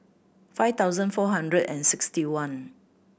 five thousand four hundred and sixty one